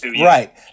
right